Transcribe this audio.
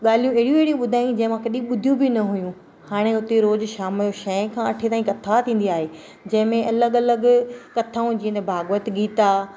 ॻाल्हियूं अहिड़ियूं अहिड़ियूं ॿुधाईं जंहिं मां कॾहिं ॿुधियूं बि न हुयूं हाणे हुते रोज़ शाम जो छह खां अठे ताईं कथा थींदी आहे जंहिं में अलॻि अलॻि कथाऊं जीअं त भाॻवत गीता